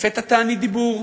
לפתע תענית דיבור.